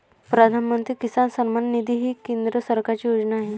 प्रधानमंत्री किसान सन्मान निधी ही केंद्र सरकारची योजना आहे